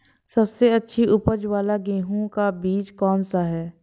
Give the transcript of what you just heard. सबसे अच्छी उपज वाला गेहूँ का बीज कौन सा है?